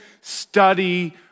study